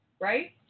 right